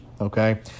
okay